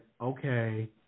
Okay